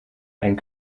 einen